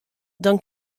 dan